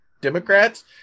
Democrats